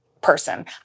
person